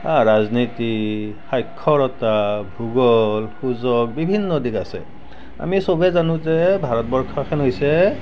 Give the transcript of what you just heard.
আৰু ৰাজনীতি সাক্ষৰতা ভোগল সূচক আদি বিভিন্ন দিশ আছে আমি চবেই জানো যে ভাৰতবৰ্ষখন হৈছে